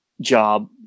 job